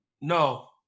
No